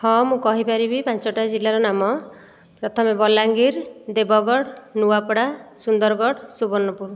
ହଁ ମୁଁ କହିପାରିବି ପାଞ୍ଚୋଟି ଜିଲ୍ଲାର ନାମ ପ୍ରଥମେ ବଲାଙ୍ଗୀର ଦେଓଗଡ଼ ନୂଆପଡ଼ା ସୁନ୍ଦରଗଡ଼ ସୁବର୍ଣ୍ଣପୁର